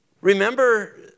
Remember